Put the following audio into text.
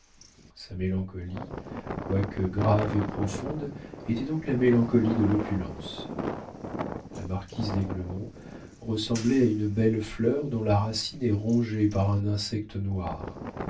sa mélancolie quoique grave et profonde était donc la mélancolie de l'opulence la marquise d'aiglemont ressemblait à une belle fleur dont la racine est rongée par un insecte noir